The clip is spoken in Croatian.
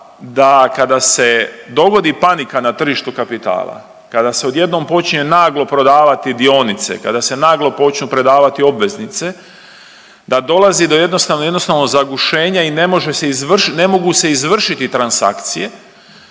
da kada se dogodi panika na tržištu kapitala, kada se odjednom počinje naglo prodavati dionice, kada se naglo počnu prodavati obveznice da dolazi do jednostavno jednostavnog zagušenja i ne mogu se izvršiti transakcije